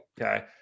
Okay